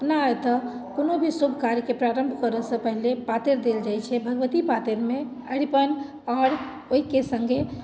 अपना ओतऽ कओनो भी शुभ कार्यके प्रारम्भ करऽ से पहिले पातरि देल जाइत छै भगवती पातरिमे अरिपन आओर ओहिके सङ्गहि